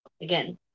again